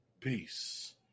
peace